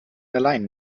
allein